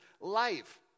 life